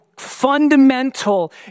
fundamental